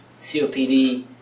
COPD